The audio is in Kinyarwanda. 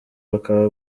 bakaba